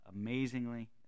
amazingly